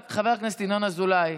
חבר הכנסת ינון אזולאי,